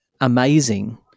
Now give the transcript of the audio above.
amazing